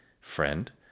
friend